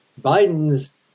Biden's